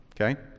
okay